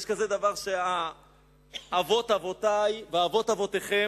יש כזה דבר שאבות אבותי ואבות אבותיכם,